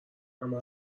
همه